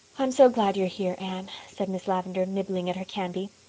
i'm so glad you're here, anne, said miss lavendar, nibbling at her candy.